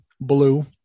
blue